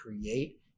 create